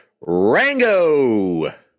Rango